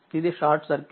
ఇదిషార్ట్ circuit